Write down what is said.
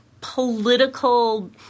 political